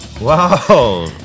wow